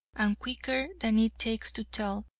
and quicker than it takes to tell,